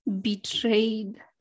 betrayed